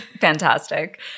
fantastic